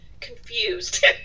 confused